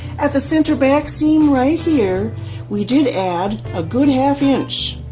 at the center back seam right here we did add a good half inch